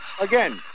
again